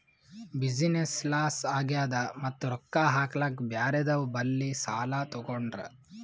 business loss ಆಗ್ಯಾದ್ ಮತ್ತ ರೊಕ್ಕಾ ಹಾಕ್ಲಾಕ್ ಬ್ಯಾರೆದವ್ ಬಲ್ಲಿ ಸಾಲಾ ತೊಗೊಂಡ್ರ